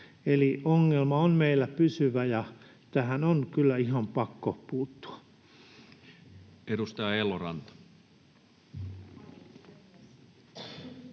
Eli ongelma on meillä pysyvä, ja tähän on kyllä ihan pakko puuttua. Edustaja Eloranta.